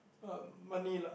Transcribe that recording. um money lah